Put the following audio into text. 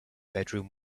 bedroom